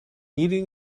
или